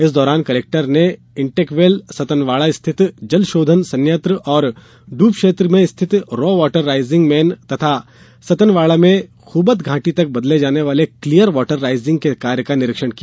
इस दौरान कलेक्टर ने इन्टेकवेल सतनवाड़ा स्थित जलशोधन संयंत्र और डूब क्षेत्र में स्थित रॉ वाटर राईजिंग मेन तथा सतनवाड़ा से खूबत घाटी तक बदले जाने वाले क्लीयर वाटर राईजिंग के कार्य का निरीक्षण किया